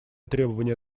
требования